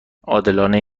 عادلانه